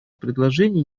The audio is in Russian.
предложение